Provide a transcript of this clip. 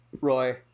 Roy